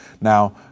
Now